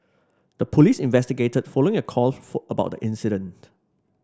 the police investigated following a call for about the incident